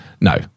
No